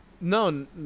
No